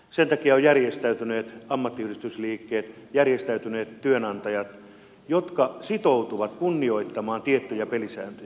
sen takia on järjestäytyneet ammattiyhdistysliikkeet järjestäytyneet työnantajat jotka sitoutuvat kunnioittamaan tiettyjä pelisääntöjä